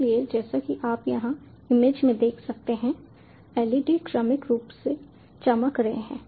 इसलिए जैसा कि आप यहाँ इमेज में देख सकते हैं LED क्रमिक रूप से चमक रहे हैं